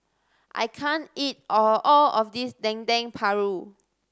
I can't eat all all of this Dendeng Paru